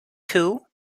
two